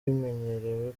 bimenyerewe